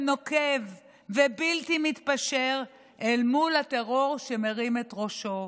נוקב ובלתי מתפשר אל מול הטרור שמרים את ראשו.